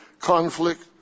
conflict